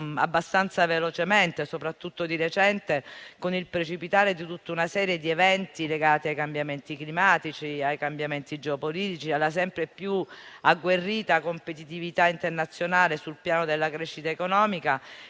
abbastanza velocemente, soprattutto di recente con il precipitare di tutta una serie di eventi legati ai cambiamenti climatici, ai cambiamenti geopolitici, alla sempre più agguerrita competitività internazionale sul piano della crescita economica,